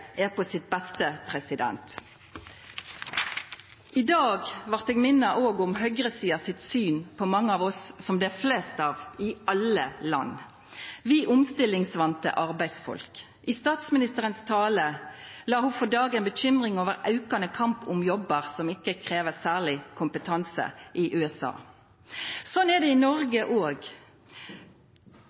er på sitt beste. I dag blei eg mint om høgresida sitt syn på mange av oss som det er flest av i alle land, vi omstillingsvande arbeidsfolk. I talen sin la statsministeren for dagen uro for aukande kamp om jobbar som ikkje krev særleg kompetanse i USA. Slik er det i Noreg òg. Lenge har det vore kjempekonkurranse om arbeid i butikk, på restaurant og